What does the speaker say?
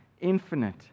infinite